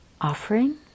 offering